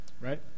Right